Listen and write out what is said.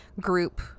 group